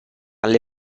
alle